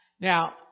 Now